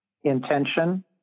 intention